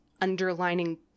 underlining